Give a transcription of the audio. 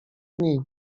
dni